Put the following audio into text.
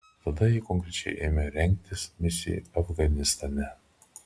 tada ji konkrečiai ėmė rengtis misijai afganistane